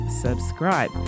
subscribe